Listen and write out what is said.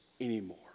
anymore